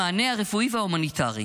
המענה הרפואי וההומניטרי,